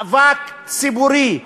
מאבק ציבורי,